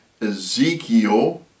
Ezekiel